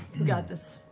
we got this,